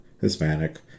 Hispanic